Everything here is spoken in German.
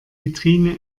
vitrine